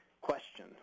question